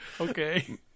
Okay